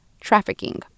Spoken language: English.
trafficking